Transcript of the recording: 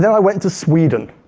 so i went to sweden